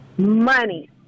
Money